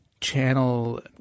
channel